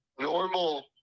normal